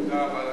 תודה רבה,